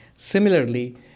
Similarly